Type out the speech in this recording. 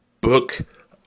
Book